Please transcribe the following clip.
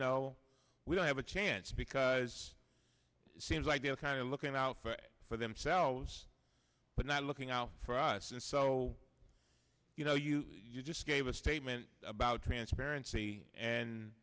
know we don't have a chance because it seems like they're kind of looking out for themselves but not looking out for us and so you know you you just gave a statement about transparency and